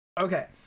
Okay